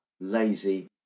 lazy